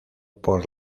por